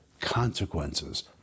consequences